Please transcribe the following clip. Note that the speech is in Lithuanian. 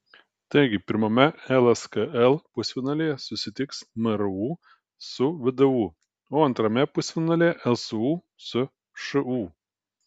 taigi pirmame lskl pusfinalyje susitiks mru su vdu o antrame pusfinalyje lsu su šu